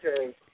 Okay